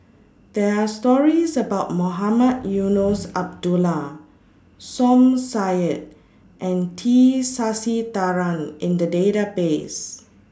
There Are stories about Mohamed Eunos Abdullah Som Said and T Sasitharan in The Database